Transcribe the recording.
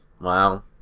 Wow